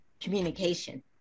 communication